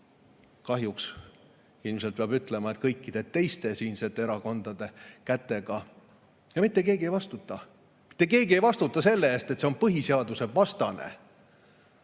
kahjuks peab ilmselt ütlema, et kõikide teiste siinsete erakondade kätega. Ja mitte keegi ei vastuta. Mitte keegi ei vastuta selle eest, et see on põhiseadusvastane.